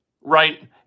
right